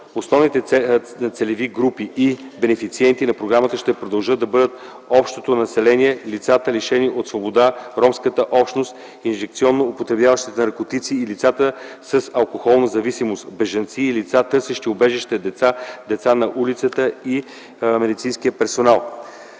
Основните целеви групи и бенефициенти на програмата ще продължат да бъдат общото население, лицата, лишени от свобода, ромската общност, инжекционно употребяващите наркотици и лицата с алкохолна зависимост, бежанци и лица, търсещи убежище, деца на улицата и медицинският персонал.